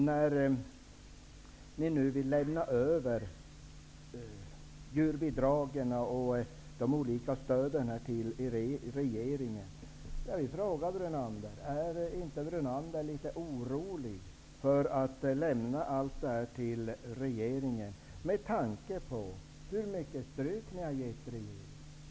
När ni nu vill lämna över djurbidragen och de olika stöden till regeringen vill jag fråga Brunander: Är inte Brunander litet orolig för att lämna allt det här till regeringen, med tanke på hur mycket stryk ni har givit regeringen?